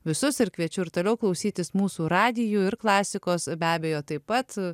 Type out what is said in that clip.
visus ir kviečiu ir toliau klausytis mūsų radijų ir klasikos be abejo taip pat